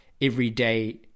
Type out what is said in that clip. everyday